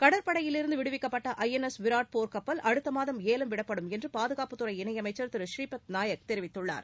கடற்படையிலிருந்து விடுவிக்கப்பட்ட ஐஎன்எஸ் விராட் போர்க் கப்பல் அடுத்த மாதம் ஏலம் விடப்படும் என்று பாதுகாப்புத்துறை இணையமைச்சர் திரு ஸ்ரீபத் நாயக் தெரிவிததுள்ளார்